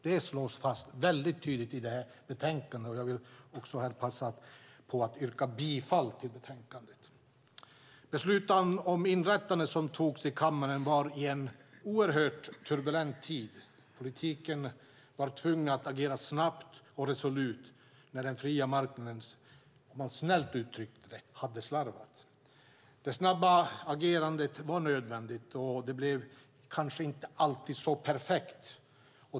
Det slås tydligt fast i betänkandet. Jag vill passa på att yrka bifall till utskottets förslag i betänkandet. Beslutet om inrättandet togs i kammaren i en oerhört turbulent tid. Politiken var tvungen att agera snabbt och resolut när den fria marknaden, snällt uttryckt, hade slarvat. Det snabba agerandet var nödvändigt, och det blev kanske inte alltid så perfekt.